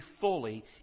fully